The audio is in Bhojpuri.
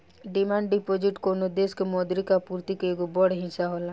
डिमांड डिपॉजिट कवनो देश के मौद्रिक आपूर्ति के एगो बड़ हिस्सा होला